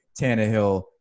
Tannehill